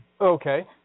Okay